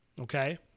okay